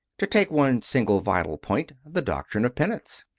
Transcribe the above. to take one single vital point the doctrine of penance.